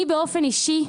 אני באופן אישי,